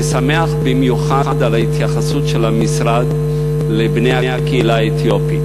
אני שמח במיוחד על ההתייחסות של המשרד לבני הקהילה האתיופית,